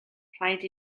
rhaid